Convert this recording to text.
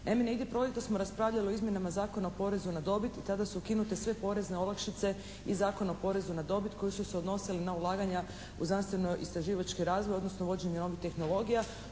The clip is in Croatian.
proljetos smo raspravljali o izmjenama Zakona o porezu na dobit i tada su ukinute sve porezne olakšice i Zakon o porezu na dobit koji su se odnosili na ulaganja u znanstvenoistraživački razvoj, odnosno uvođenje novih tehnologija,